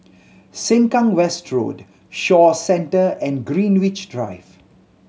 Sengkang West Road Shaw Centre and Greenwich Drive